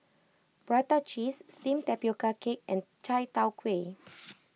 Prata Cheese Steamed Tapioca Cake and Chai Tow Kway